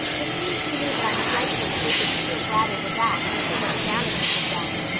it seems to me that i'm dreadfully wicked to feel glad over that, when so much damage has been done.